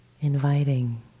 inviting